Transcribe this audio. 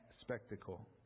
spectacle